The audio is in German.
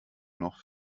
noch